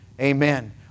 Amen